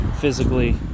physically